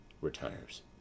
Retires